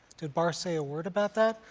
did barr say a word about that?